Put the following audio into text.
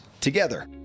together